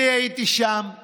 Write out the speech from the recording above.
אני הייתי תקוע שם,